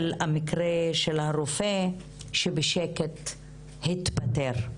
של המקרה של הרופא שבשקט התפטר,